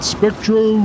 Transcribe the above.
Spectro